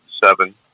seven